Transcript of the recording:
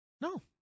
No